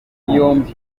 kwibuka